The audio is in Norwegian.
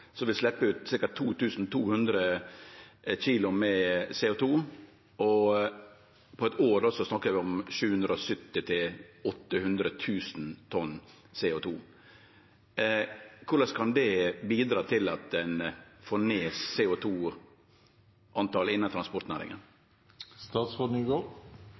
ut ca. 2 200 kilo CO 2 , og på eit år snakkar vi om 770 000–800 000 tonn CO 2 . Korleis kan det bidra til at ein får ned CO 2 -utsleppa innan